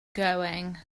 going